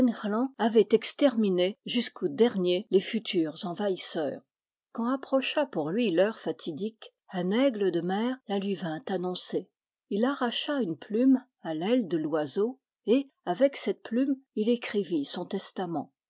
avait exterminé jusqu'au dernier les futurs envahisseurs quand approcha pour lui l'heure fatidique un aigle de mer la lui vint annoncer il arracha une plume à l'aile de l'oiseau et avec cette plume il écrivit son testament